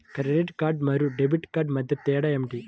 Credit card మరియు debit card మధ్య తేడా ఏమిటి?